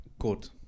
good